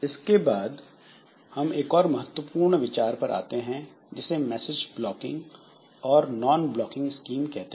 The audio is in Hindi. इसके बाद हम एक और महत्वपूर्ण विचार पर आते हैं जिसे मैसेज ब्लॉकिंग और नॉन ब्लॉकिंग g स्कीम कहते हैं